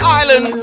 island